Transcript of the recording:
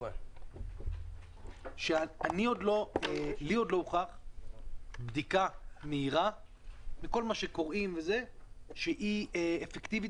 שלי עוד לא הוכח שבדיקה מהירה שהיא אפקטיבית